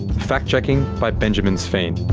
fact checking by benjamin sveen.